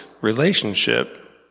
relationship